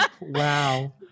Wow